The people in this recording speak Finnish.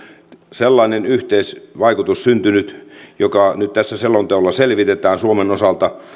sellainen yhteisvaikutus syntynyt joka nyt tässä selonteossa selvitetään suomen osalta